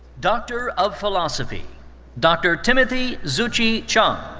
doctor of philosophy dr. timothy zuchi chang.